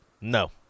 no